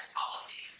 policy